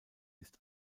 ist